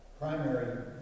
primary